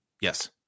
yes